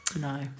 No